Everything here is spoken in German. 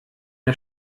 der